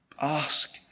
Ask